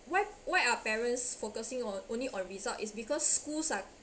why why are parents focusing on only on result is because schools are